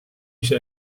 ise